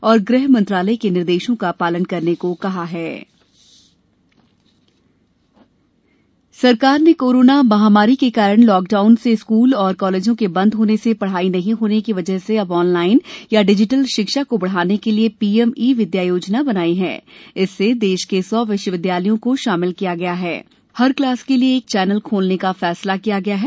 साथ ही सभी से गृह मंत्रालय के निर्देशों का पालन करने को कहा है कोरोना शिक्षा सरकार ने कोरोना माहामरी के कारण लॉकडाउन से स्कूल एवं कॉलेजों के बन्द होने से पढ़ाई नही होने की वजह से अब ऑनलाइन तथा डिजिटल शिक्षा को बढ़ाने के लिये पीएम ई विद्या योजना बनाई है इससे देश के सौ विश्वविद्यालयों को शामिल किया है तथा हर क्लास के लिये एक चैनल खोलने का फैसला किया है